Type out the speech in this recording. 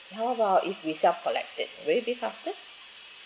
how about if we self collect it will it be faster